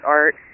art